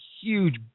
huge